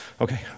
Okay